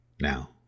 Now